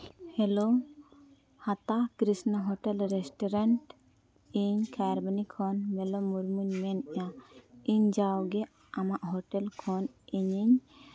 hello ᱦᱟᱛᱟ Krishna hotel restaurant ᱤᱧ ᱠᱷᱟᱭᱟᱨᱵᱚᱱᱤ ᱠᱷᱚᱱ ᱯᱨᱚᱢᱤᱞᱟ ᱢᱩᱨᱢᱩᱧ ᱢᱮᱱᱮᱫᱼᱟ ᱤᱧ ᱡᱟᱣᱜᱮ ᱟᱢᱟᱜ ᱦᱳᱴᱮᱞ ᱠᱷᱚᱱ ᱤᱧᱤᱧ